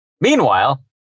Meanwhile